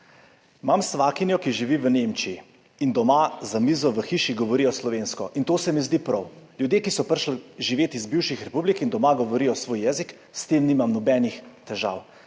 Imam svakinjo, ki živi v Nemčiji, in doma za mizo v hiši govorijo slovensko. To se mi zdi prav. Ljudje, ki so prišli živet iz bivših republik in doma govorijo svoj jezik, s tem nimam nobenih težav.